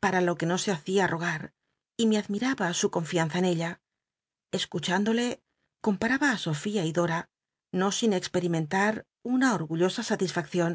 para lo que no se hacia togat y me adrnitaba su confianza en ella cscuchtindole compataha i sofía y dora no sin expctimcntat una ol'gullosa salisfaccion